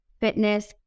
fitness